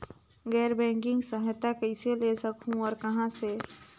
गैर बैंकिंग सहायता कइसे ले सकहुं और कहाँ से?